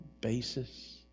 basis